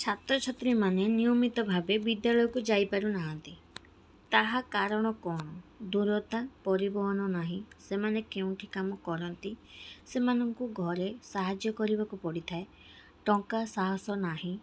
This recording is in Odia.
ଛାତ୍ର ଛାତ୍ରୀମାନେ ନିୟମିତ ଭାବେ ବିଦ୍ୟାଳୟକୁ ଯାଇପାରୁ ନାହାଁନ୍ତି ତାହା କାରଣ କଣ ଦୂରତା ପରିବହନ ନାହିଁ ସେମାନେ କେଉଁଠି କାମ କରନ୍ତି ସେମାନଙ୍କୁ ଘରେ ସାହାଯ୍ୟ କରିବାକୁ ପଡ଼ିଥାଏ ଟଙ୍କା ସାହସ ନାହିଁ